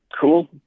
cool